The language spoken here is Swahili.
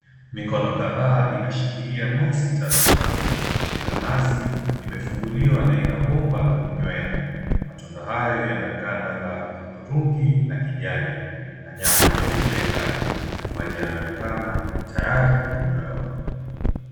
Mikono kadhaa inashikilia nazi tatu changa. Kila nazi imefunguliwa na ina bomba la kunywea. Matunda haya yana ganda la hudhurungi na kijani na nyama nyeupe ndani maji yanaonekana tayari kunywewa.